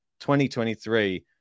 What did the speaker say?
2023